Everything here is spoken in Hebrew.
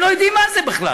הם לא יודעים מה זה בכלל.